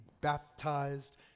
baptized